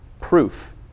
proof